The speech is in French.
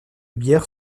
bières